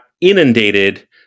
inundated